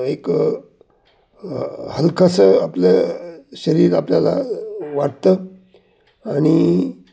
एक ह हलकसं आपलं शरीर आपल्याला वाटतं आणि